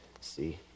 see